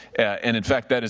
and, in fact, but